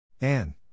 Anne